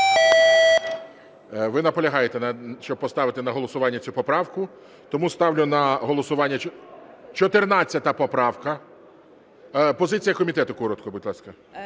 Ви наполягаєте, щоб поставити на голосування цю поправку? Тому ставлю на голосування, 14 поправка. Позиція комітету коротко, будь ласка.